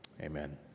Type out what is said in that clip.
amen